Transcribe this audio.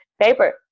paper